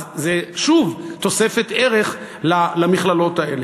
אז זה, שוב, תוספת ערך למכללות האלה.